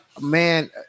man